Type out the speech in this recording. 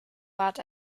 bat